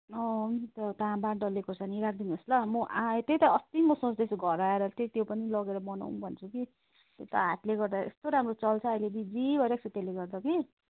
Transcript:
हुन्छ तामा डल्ले खुर्सानी राखिदिनु होस् ल म आएँ त्यही त अस्ति म सोच्दैछु घर आएर चाहिँ त्यो पनि लगेर बनाऊँ भन्छु कि त्यही त हाटले गर्दा कस्तो राम्रो चल्छ अहिले बिजी भइरहेको छु त्यसले गर्दा कि